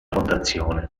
fondazione